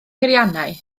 peiriannau